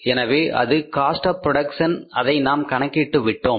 எனவே அது cost of production அதை நாம் கணக்கிட்டு விட்டோம்